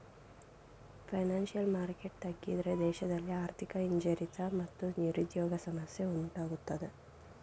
financial market ತಗ್ಗಿದ್ರೆ ದೇಶದಲ್ಲಿ ಆರ್ಥಿಕ ಹಿಂಜರಿತ ಮತ್ತು ನಿರುದ್ಯೋಗ ಸಮಸ್ಯೆ ಉಂಟಾಗತ್ತದೆ